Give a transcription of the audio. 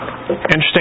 Interesting